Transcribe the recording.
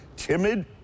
timid